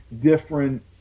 different